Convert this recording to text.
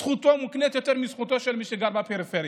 זכותו מוקנית יותר מזכותו של מי שגר בפריפריה.